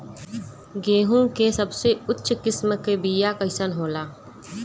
गेहूँ के सबसे उच्च किस्म के बीया कैसन होला?